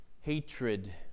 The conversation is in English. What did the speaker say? hatred